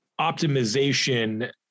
optimization